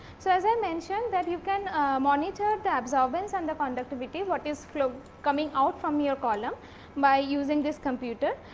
so, as i mentioned that you can monitor the absorbance and the conductivity, what is flow coming out from your column by using this computer.